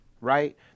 right